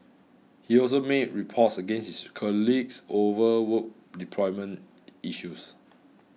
he also made reports against his colleagues over work deployment issues